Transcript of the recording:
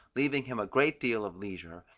leaving him a great deal of leisure,